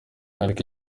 ariko